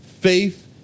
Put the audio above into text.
faith